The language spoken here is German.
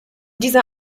dieser